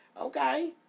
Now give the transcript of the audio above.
okay